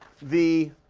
the